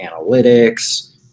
analytics